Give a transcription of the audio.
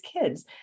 kids